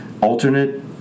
alternate